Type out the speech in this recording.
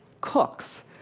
cooks